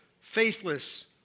faithless